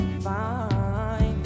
fine